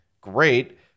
great